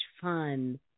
fun